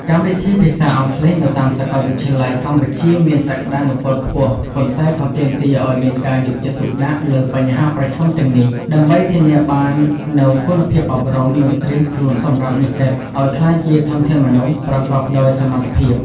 កម្មវិធីភាសាអង់គ្លេសនៅតាមសាកលវិទ្យាល័យកម្ពុជាមានសក្តានុពលខ្ពស់ ប៉ុន្តែក៏ទាមទារឱ្យមានការយកចិត្តទុកដាក់លើបញ្ហាប្រឈមទាំងនេះ ដើម្បីធានាបាននូវគុណភាពអប់រំ និងត្រៀមខ្លួនសម្រាប់និស្សិតឱ្យក្លាយជាធនធានមនុស្សប្រកបដោយសមត្ថភាព។